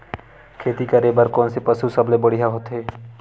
खेती करे बर कोन से पशु सबले बढ़िया होथे?